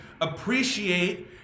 appreciate